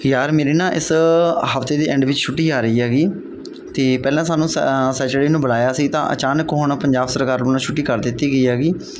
ਯਾਰ ਮੇਰੇ ਨਾ ਇਸ ਹਫਤੇ ਦੀ ਐਂਡ ਵਿੱਚ ਛੁੱਟੀ ਆ ਰਹੀ ਹੈਗੀ ਅਤੇ ਪਹਿਲਾਂ ਸਾਨੂੰ ਸ ਸੈਚਰਡੇ ਨੂੰ ਬੁਲਾਇਆ ਸੀ ਤਾਂ ਅਚਾਨਕ ਹੁਣ ਪੰਜਾਬ ਸਰਕਾਰ ਵੱਲੋਂ ਛੁੱਟੀ ਕਰ ਦਿੱਤੀ ਗਈ ਹੈਗੀ